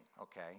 okay